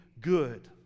good